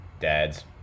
dad's